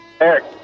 Eric